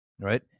Right